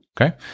Okay